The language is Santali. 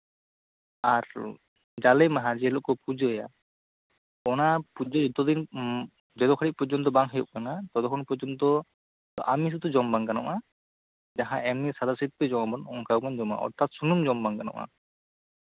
ᱟᱨ ᱡᱟᱞᱮ ᱢᱟᱦᱟ ᱡᱮᱞᱳᱜ ᱠᱚ ᱯᱩᱡᱟᱹᱭᱟ ᱚᱱᱟ ᱯᱩᱡᱟᱹ ᱡᱚᱛᱚᱫᱤᱱ ᱯᱚᱨᱡᱚᱱᱛᱚ ᱵᱟᱝ ᱦᱳᱭᱳᱜ ᱠᱟᱱᱟ ᱛᱚᱛᱚ ᱠᱷᱚᱱ ᱯᱚᱨᱡᱚᱱᱛᱚ ᱟᱢᱤᱥ ᱫᱚ ᱡᱚᱢ ᱵᱟᱝ ᱜᱟᱱᱚᱜᱼᱟ ᱡᱟᱦᱟ ᱮᱢᱱᱤ ᱥᱟᱫᱟ ᱥᱤᱯᱴᱮ ᱡᱚᱢ ᱚᱱᱠᱟ ᱡᱚᱢ ᱚᱨᱛᱷᱟᱛ ᱥᱩᱱᱩᱢ ᱡᱚᱢ ᱵᱟᱝ ᱜᱟᱱᱚᱜᱼᱟ